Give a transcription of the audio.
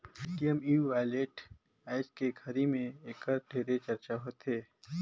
Paytm e wallet आयज के घरी मे ऐखर ढेरे चरचा होवथे